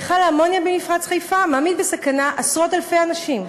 מכל האמוניה במפרץ חיפה מעמיד בסכנה עשרות-אלפי אנשים.